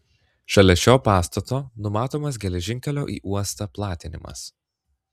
šalia šio pastato numatomas geležinkelio į uostą platinimas